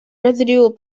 residual